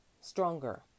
stronger